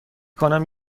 کنم